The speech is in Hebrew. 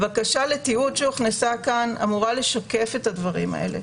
הבקשה לתיעוד שהוכנסה כאן אמורה לשקף את הדברים האלה.